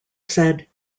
said